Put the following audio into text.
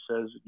says